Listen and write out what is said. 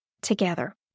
together